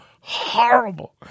horrible